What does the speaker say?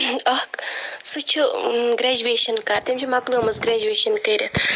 اَکھ سُہ چھُ گرٛیجویشَن کَر تٔمِس چھِ مۅکلٲمٕژ گریجویشَن کٔرِتھ